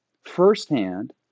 firsthand